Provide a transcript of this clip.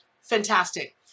Fantastic